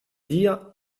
dire